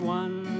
one